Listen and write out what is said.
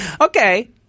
Okay